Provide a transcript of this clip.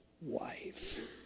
wife